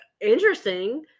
interesting